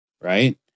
Right